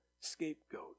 scapegoat